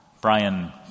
Brian